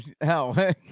Hell